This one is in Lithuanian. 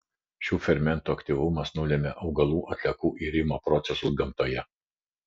šių fermentų aktyvumas nulemia augalų atliekų irimo procesus gamtoje